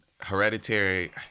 hereditary